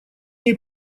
ней